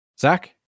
zach